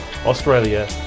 Australia